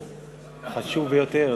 חשוב ביותר.